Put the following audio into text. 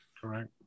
correct